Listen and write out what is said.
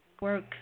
Work